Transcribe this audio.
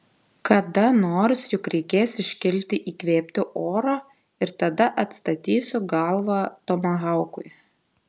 kada nors juk reikės iškilti įkvėpti oro ir tada atstatysiu galvą tomahaukui